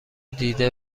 دیده